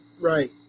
Right